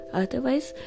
otherwise